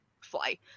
fly